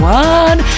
one